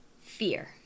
fear